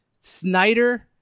Snyder